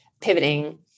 pivoting